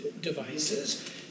devices